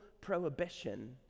prohibition